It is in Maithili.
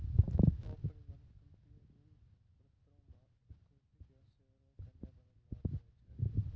अपरिवर्तनीय ऋण पत्रो मे इक्विटी या शेयरो के नै बदलै पड़ै छै